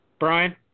Brian